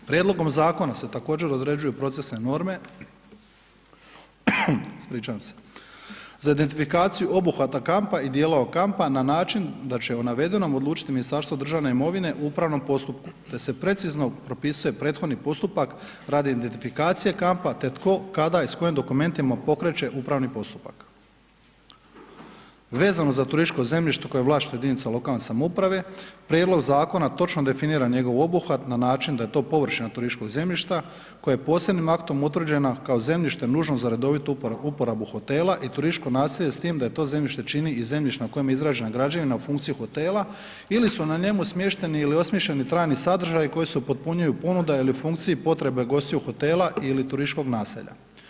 Prijedlogom zakona se također određuju procesne norme za identifikaciju obuhvata kampa i dijelova kampa na način da će o navedenom odlučiti Ministarstvo državne imovine u upravnom postupku te se precizno propisuje prethodni postupak radi identifikacije kampa te tko, kada i s kojim dokumentima pokreće upravni postupak Vezano za turističko zemljište koje u vlasništvu jedinica lokalne samouprave prijedlog zakona točno definira njegov obuhvat na način da je to površina turističkog zemljišta koje je posebnim aktom utvrđena kao zemljište nužno za redovitu uporabu hotela i turističko naselje s tim da to zemljište čini i zemljište na kojem je izražena građevina u funkciji hotela ili su na njemu smješteni ili osmišljeni trajni sadržaji koji se upotpunjuju, ponuda ili funkciji potrebe gostiju hotela ili turističkog naselja.